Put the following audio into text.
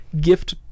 gift